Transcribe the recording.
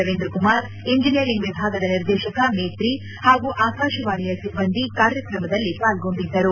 Ravindra Kumar engineering ವಿಭಾಗದ ನಿರ್ದೇಶಕ ಮೇತ್ರಿ ಹಾಗೂ ಆಕಾಶವಾಣಿಯ ಸಿಬ್ಬಂದಿ ಕಾರ್ಯಕ್ರಮದಲ್ಲಿ ಪಾಲ್ಗೊಂಡಿದ್ದರು